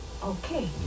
Okay